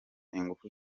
ingufu